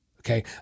Okay